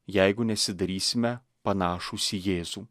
jeigu nesidarysime panašūs į jėzų